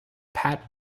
pat